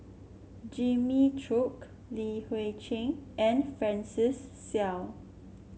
Jimmy Chok Li Hui Cheng and Francis Seow